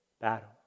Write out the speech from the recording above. battle